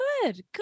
good